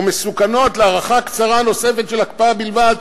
מסוכנות להארכה קצרה נוספת של הקפאה בלבד,